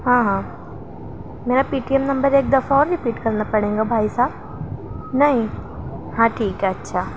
ہاں ہاں میرا پی ٹی ایم نمبر ایک دفعہ اور رپیٹ کرنا پڑیں گا بھائی صاحب نہیں ہاں ٹھیک ہے اچھا